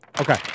Okay